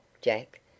Jack